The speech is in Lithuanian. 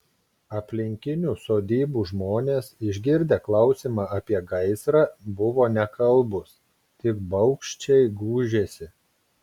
aplinkinių sodybų žmonės išgirdę klausimą apie gaisrą buvo nekalbūs tik baugščiai gūžėsi